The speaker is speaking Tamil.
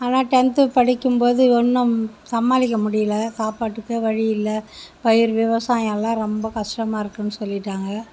ஆனால் டென்த்து படிக்கும்போது ஒன்றும் சமாளிக்க முடியல சாப்பாட்டுக்கே வழியில்லை பயிர் விவசாயம்லாம் ரொம்ப கஷ்டமாக இருக்குன்னு சொல்லிவிட்டாங்க